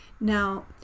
now